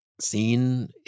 seen